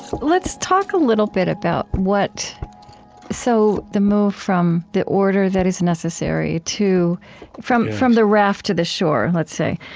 let's talk a little bit about what so the move from the order that is necessary to from from the raft to the shore, let's say.